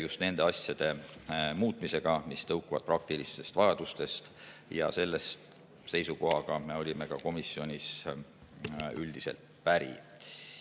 just nende asjade muutmisega, mis tõukuvad praktilistest vajadustest. Ja selle seisukohaga me olime ka komisjonis üldiselt päri.